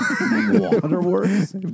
Waterworks